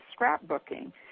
scrapbooking